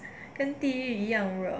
跟地狱一样热